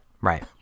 right